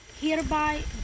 Hereby